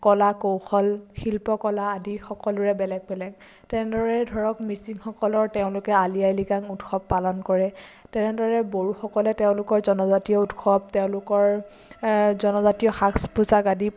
কলা কৌশল শিল্পকলা আদি সকলোৰে বেলেগ বেলেগ তেনেদৰে ধৰক মিচিংসকলৰ তেওঁলোকে আলি আই লিগাং উৎসৱ পালন কৰে তেনেদৰে বড়োসকলে তেওঁলোকৰ জনজাতীয় উৎসৱ তেওঁলোকৰ জনজাতীয় সাজ পোচাক আদি